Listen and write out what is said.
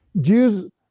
Jews